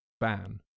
ban